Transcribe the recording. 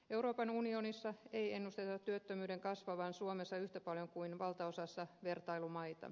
euroopan unionissa ei ennusteta työttömyyden kasvavan suomessa yhtä paljon kuin valtaosassa vertailumaita